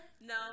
No